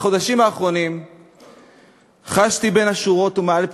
בחודשים האחרונים חשתי, בין השורות ומעל פניהן,